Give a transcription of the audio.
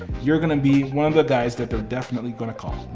you're gonna be one of the guys that they're definitely gonna call.